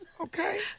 okay